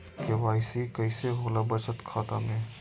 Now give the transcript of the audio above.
KYC कैसे होला बचत खाता में?